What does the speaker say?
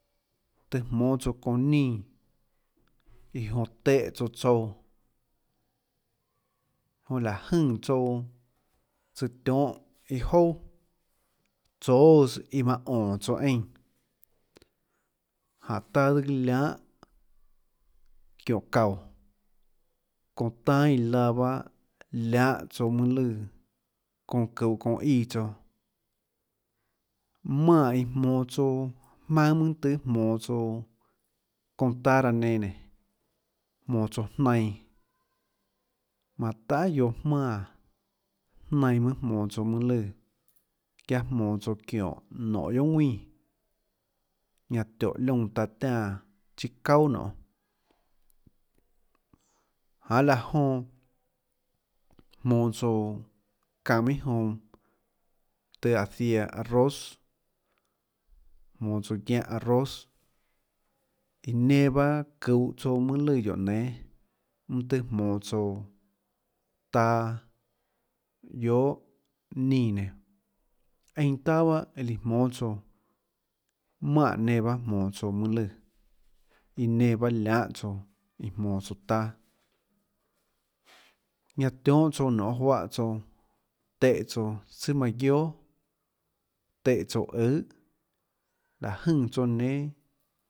Tøâ jmónâ tsouã çounã nínã iã jonã téhã tsouã tsouã jonã lahå jønè tsouã tsøã tionhâ iâ jouà tsóâs iã manã ónå tsouã eínã jánhå taã tsøã lianhâ çiónhå çaúå çounã tanâ iã laã pahâ lianhâ tsouã mønâ lùã çounã ðuuhå çounã íã tsouã manè iã jmonå tsouã mønâ tøhê jmonå tsouã çounã taã raã nenã nénå jmonå tsouã jnainã manã tahà guiohå jmánã jnainã mønâ jmonå tsouã mønâ lùã guiaâ jmonå tsouã çióhå nonê guiohà ðuínã ñanã tióhå liónã taã tiánã çhiâ çauà nionê janê laã jonã jmonå tsouã kanã minhà jonã tøhê áå ziaã arroz jmonå tsouã guiáhå arroz iã nenã bahâ çuuhå tsouã mønâ lùã guióå nénâ mønâ tøhê jmonå tsouã taâ guiohà nínã nenã einã taâ bahâ líã jmónâ tsouã manè nenã bahâ jmonâ jmonå tsouã mønâ lùã iã nenã bahâ lianhà tsouã iã jmonå tsouã taâ ñanã tionhâ tsouã nionê juáhã tsouã téhã tsouã sùà manã guióà téhã tsouã øhà liáhå jønè tsouã nénâ.